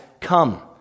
come